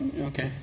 Okay